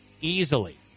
easily